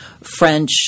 French